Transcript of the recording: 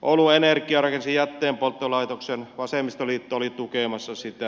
oulun energia rakensi jätteenpolttolaitoksen vasemmistoliitto oli tukemassa sitä